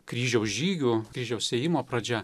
kryžiaus žygių kryžiaus ėjimo pradžia